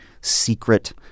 secret